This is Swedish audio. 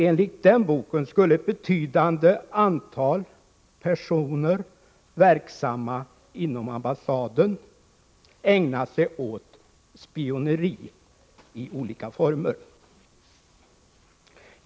Enligt den boken skulle ett betydande antal personer verksamma inom den sovjetiska ambassaden ägna sig åt olika former av spioneri.